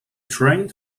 trained